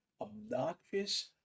obnoxious